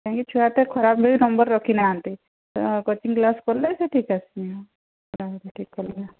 କାହିଁକି ଛୁଆ ଏତେ ଖରାପ ବି ନମ୍ବର ରଖି ନାହାନ୍ତି ତେଣୁ କୋଚିଙ୍ଗ କ୍ଲାସ କଲେ ସେ ଠିକ ଆସି ଯିବ ପଢ଼ାପଢ଼ି ଠିକ କରିବେ